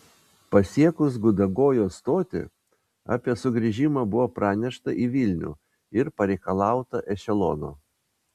pasiekus gudagojo stotį apie sugrįžimą buvo pranešta į vilnių ir pareikalauta ešelono